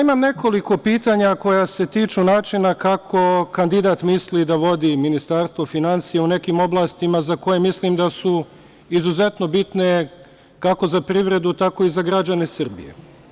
Imam nekoliko pitanja koja se tiču načina kako kandidat misli da vodi Ministarstvo finansija u nekim oblastima za koje mislim da su izuzetno bitne, kako za privredu, tako i za građane Srbije.